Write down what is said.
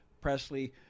Presley